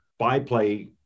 Byplay